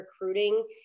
recruiting